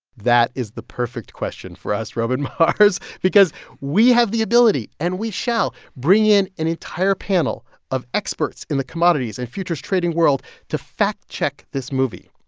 that is the perfect question for us roman mars because we have the ability and we shall bring in an entire panel of experts in the commodities and futures trading world to fact check this movie.